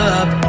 up